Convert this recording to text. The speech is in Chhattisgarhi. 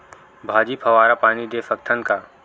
भाजी फवारा पानी दे सकथन का?